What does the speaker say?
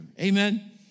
Amen